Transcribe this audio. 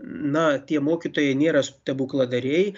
na tie mokytojai nėra stebukladariai